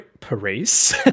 Paris